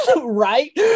Right